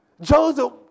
Joseph